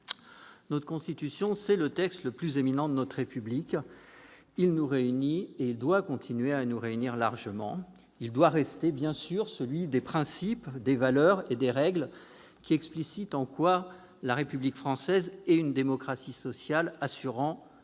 Notre Constitution est le texte le plus éminent de notre République. Elle nous réunit et doit continuer à nous réunir largement. Elle doit rester bien sûr le texte des principes, des valeurs et des règles qui explicitent en quoi la République française est une démocratie sociale assurant l'égalité